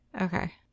Okay